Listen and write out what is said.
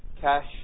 cash